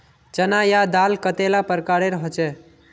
चना या दाल कतेला प्रकारेर होचे?